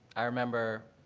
i remember